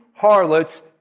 harlot's